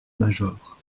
major